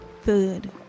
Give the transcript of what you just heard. third